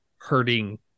Hurting